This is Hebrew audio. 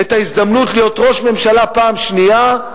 את ההזדמנות להיות ראש ממשלה פעם שנייה,